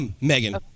Megan